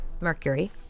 Mercury